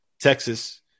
Texas